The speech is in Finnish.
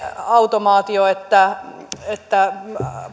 automaatioon että että